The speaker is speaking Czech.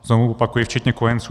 Znovu opakuji včetně kojenců.